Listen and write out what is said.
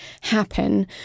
happen